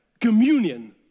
communion